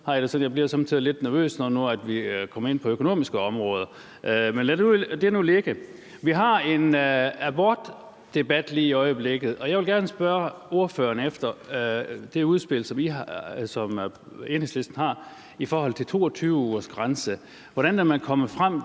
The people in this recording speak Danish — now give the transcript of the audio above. tider bliver lidt nervøs, når nu vi kommer ind på økonomiske områder. Men lad det nu ligge. Vi har en abortdebat lige i øjeblikket, og jeg vil gerne spørge ordføreren til det udspil, som Enhedslisten har, i forhold til en 22-ugersgrænse: Hvordan er man kommet frem